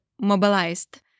mobilized